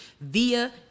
via